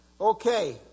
Okay